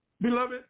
Beloved